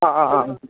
ആ ആ ആ ആ ഉം